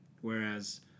Whereas